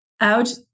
out